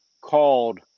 called